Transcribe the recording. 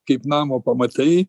kaip namo pamatai